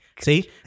See